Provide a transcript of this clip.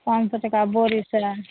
पॉँच सए टका बोरी छै